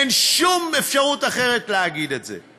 אין שום אפשרות אחרת להגיד את זה.